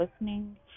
listening